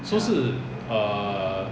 so 是 err